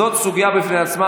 זאת סוגיה בפני עצמה,